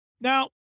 Now